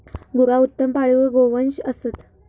गुरा उत्तम पाळीव गोवंश असत